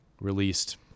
Released